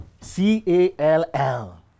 C-A-L-L